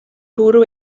bwrw